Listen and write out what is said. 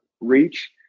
reach